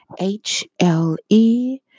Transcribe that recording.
HLE